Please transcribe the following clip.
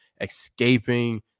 escaping